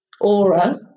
aura